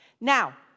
Now